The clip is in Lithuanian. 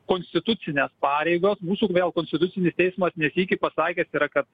konstitucinės pareigos mūsų vėl konstitucinis teismas ne sykį pasakęs yra kad